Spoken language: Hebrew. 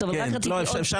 הקמת ממשלה